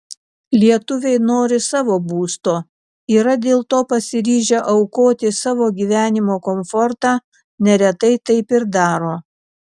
lietuviai nori savo būsto yra dėl to pasiryžę aukoti savo gyvenimo komfortą neretai taip ir daro